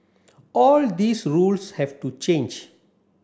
all these rules have to change